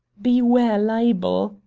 beware libel,